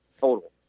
total